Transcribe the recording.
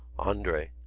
andre.